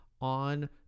on